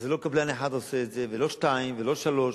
לא קבלן אחד עושה את זה ולא שניים ולא שלושה